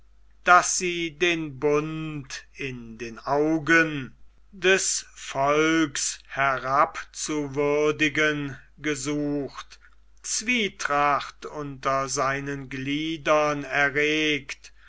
daß sie den bund in den augen des volks herabzuwürdigen gesucht zwietracht unter seinen gliedern erregt